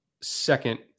second